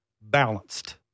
balanced